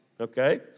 okay